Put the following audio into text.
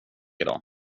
idag